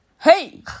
Hey